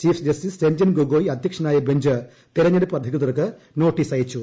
chief justice Ranjan Gogoi അധ്യക്ഷനായ് bench തെരഞ്ഞെടുപ്പ് അധികൃതർക്ക് നോട്ടീസ് അയച്ചു